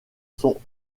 sont